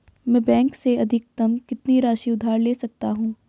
मैं बैंक से अधिकतम कितनी राशि उधार ले सकता हूँ?